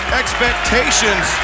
expectations